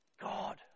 God